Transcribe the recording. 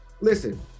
listen